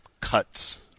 cuts